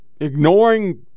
ignoring